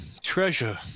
treasure